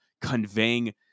conveying